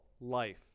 life